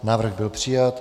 Návrh byl přijat.